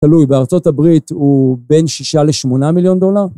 תלוי בארצות הברית הוא בין שישה לשמונה מיליון דולר.